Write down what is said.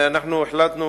החלטנו